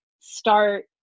start